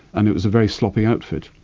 and it was a very sloppy outfit,